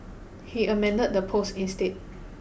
he amended the post instead